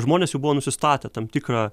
žmonės jau buvo nusistatę tam tikrą